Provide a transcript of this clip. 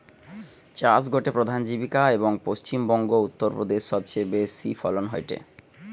চাষ গটে প্রধান জীবিকা, এবং পশ্চিম বংগো, উত্তর প্রদেশে সবচেয়ে বেশি ফলন হয়টে